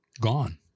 gone